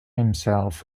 himself